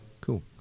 cool